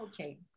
Okay